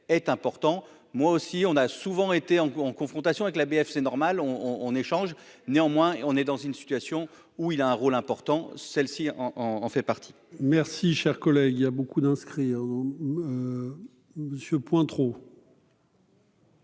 être important, moi aussi, on a souvent été en en confrontation avec la BFC c'est normal on on échange, néanmoins, on est dans une situation où il a un rôle important, celle-ci en en fait partie. Merci, cher collègue, il y a beaucoup d'inscrits en Monsieur Pointereau.